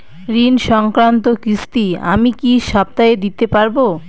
ঋণ সংক্রান্ত কিস্তি আমি কি সপ্তাহে দিতে পারবো?